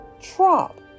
Trump